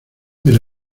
era